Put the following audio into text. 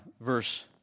verse